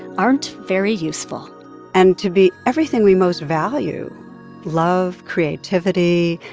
aren't very useful and to be everything we most value love, creativity,